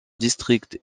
district